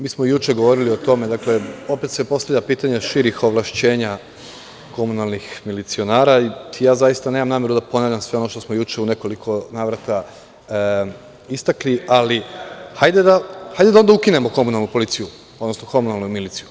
Mi smo juče govorili o tome, opet se postavlja pitanje širih ovlašćenja komunalnih milicionara i ja zaista nemam nameru da ponavljam ono što smo sve juče u nekoliko navrata istakli, ali hajde da onda ukinemo komunalnu policiju, odnosno komunalnu miliciju.